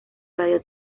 radio